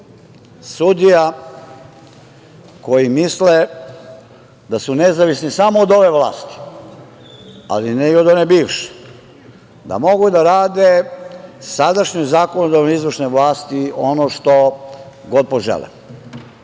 sudija koji misle da su nezavisni samo od ove vlasti ali ne i od one bivše, da mogu da rade sadašnjoj zakonodavnoj i izvršnoj vlasti ono što god požele.